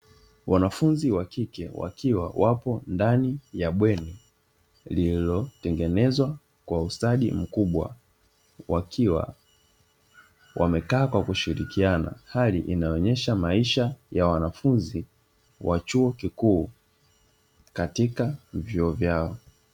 Wanafunzi wa kike wakiwa wapo ndani ya bweni lililotengenezwa kwa ustadi mkubwa wakiwa wamekaa kwa kushirikiana, hali inayoonyesha maisha ya wanafunzi wa chuo kikuu katika vyuo vyao.